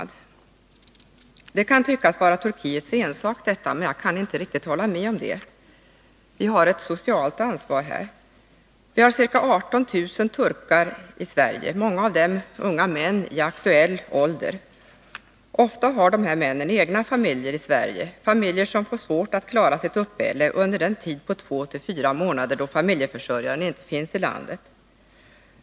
Detta kan tyckas vara Turkiets ensak, men jag kan inte hålla med om det. Vi har här ett socialt ansvar. Vi har ca 18 000 turkar här i Sverige, många av dem unga män i aktuell ålder. Ofta har dessa män egna familjer i Sverige, som får svårt att klara sitt uppehälle under den tid på två-fyra månader då familjeförsörjaren inte finns i landet.